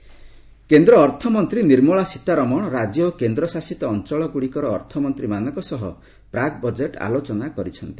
pre budget କେନ୍ଦ୍ର ଅର୍ଥମନ୍ତ୍ରୀ ନିର୍ମଳା ସୀତାରମଣ ରାଜ୍ୟ ଓ କେନ୍ଦ୍ରଶାସିତ ଅଞ୍ଚଳଗୁଡ଼ିକର ଅର୍ଥମନ୍ତ୍ରୀମାନଙ୍କ ସହ ପ୍ରାକ୍ ବଜେଟ୍ ସଫପର୍କରେ ଆଲୋଚନା କରିଛନ୍ତି